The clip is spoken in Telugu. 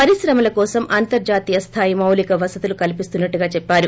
పరిశ్రమల కోసం అంతర్జాతీయ స్థాయి మౌలిక వసతులు కల్పిస్తున్నట్లుగా దెప్పారు